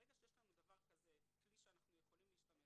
ברגע שיש כלי כזה שאנחנו יכולים להשתמש